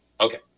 Okay